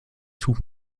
tuch